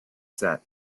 set